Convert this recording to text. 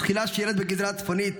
תחילה שירת בגזרה הצפונית,